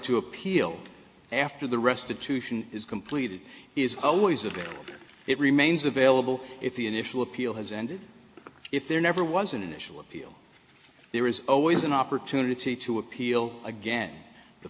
to appeal after the restitution is completed is always available it remains available if the initial appeal has ended if there never was an initial appeal there is always an opportunity to appeal again the